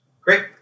Great